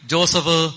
Joseph